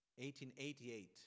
1888